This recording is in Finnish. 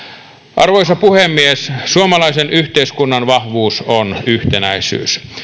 arvoisa puhemies suomalaisen yhteiskunnan vahvuus on sen yhtenäisyys